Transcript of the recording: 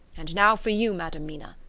and now for you, madam mina,